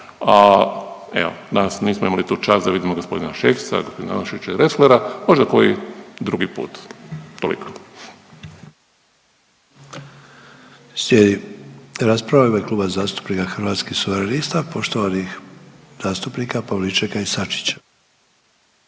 a evo danas nismo imali tu čast da vidimo gospodina Šeksa, gospodina Anušića i Resslera, možda koji drugi put. Toliko. **Sanader, Ante (HDZ)** Slijedi rasprava u ime Kluba zastupnika Hrvatskih suverenista poštovanih zastupnika Pavličeka i Sačića.